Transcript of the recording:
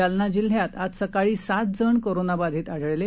जालना जिल्ह्यात आज सकाळी सात जण कोरोनाबाधित आढळले